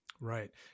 Right